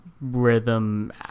rhythm